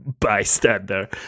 bystander